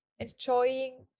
enjoying